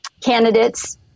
candidates